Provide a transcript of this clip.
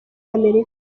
amerika